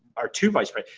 our two vice but